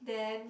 then